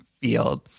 field